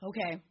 Okay